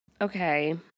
okay